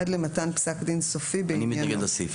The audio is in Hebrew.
עד למתן פסק דין סופי בעניינו.